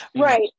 Right